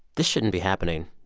this shouldn't be happening.